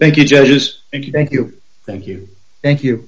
thank you thank you thank you thank you